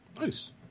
Nice